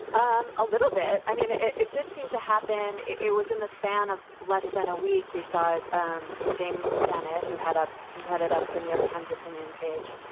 um a little bit. i mean, it it did seem to happen. it it was in the span of less than a week we saw um james bennett, who had a who headed up the new york times opinion page.